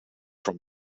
from